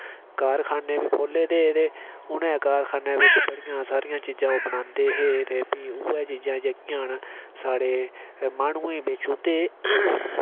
कारखानें बी खोह्ल्ले दे हे ते उ'नें कारखानें बिच बड़ियां सारियां चीजां ओह् बनांदे हे ते भी उ'ऐ चीजां जेह्कियां न साढ़े माह्नुऐ गी बेची ओड़दे हे